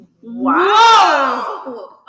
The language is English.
Wow